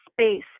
space